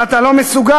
ואתה לא מסוגל.